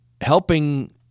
helping